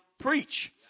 preach